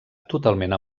totalment